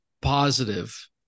positive